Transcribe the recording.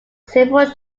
several